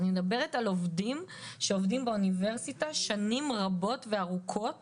אני מדברת על עובדים שעובדים באוניברסיטה שנים רבות וארוכות